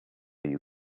you